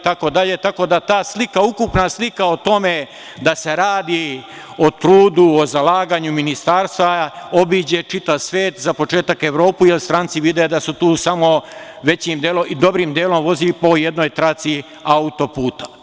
Tako da ukupna slika o tome da se radi, o trudu, o zalaganju ministarstva obiđe čitav svet, za početak Evropu jer stranci vide da se tu dobrim delom vozi po jednoj traci auto-puta.